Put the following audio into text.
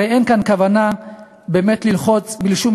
הרי אין כאן כוונה באמת ללחוץ בלי שום